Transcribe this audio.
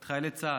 את חיילי צה"ל.